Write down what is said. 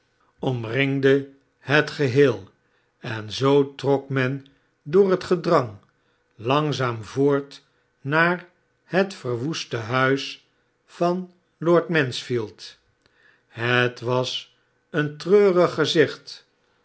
omringde het geheel en zoo trok men door het gedrang langzaam voort naar h t verwoeste huis van lord mansfield het was een treurig gezicht